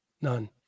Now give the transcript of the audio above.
None